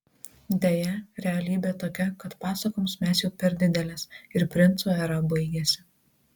deja realybė tokia kad pasakoms mes jau per didelės ir princų era baigėsi